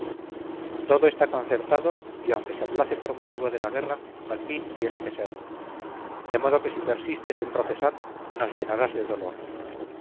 todo está concertado y aunque se aplace por motivo de la guerra al fin tiene que ser de modo que si persistes en profesar nos llenarás de dolor